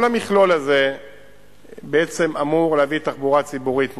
כל המכלול הזה אמור להביא תחבורה ציבורית מודרנית.